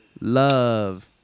Love